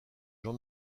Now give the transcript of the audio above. jean